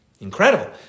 Incredible